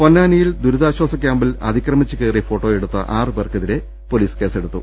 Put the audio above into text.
പൊന്നാനിയിൽ ദുരിതാശ്വാസ ക്യാംപിൽ അതിക്രമിച്ചു കയറി ഫോട്ടോയെടുത്ത ആറു പേർക്കെതിരെ പൊലീസ് കേസെടുത്തു